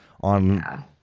on